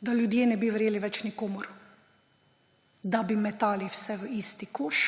da ljudje ne bi verjeli več nikomur, da bi metali vse v isti koš,